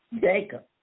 Jacob